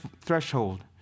threshold